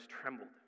trembled